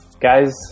Guys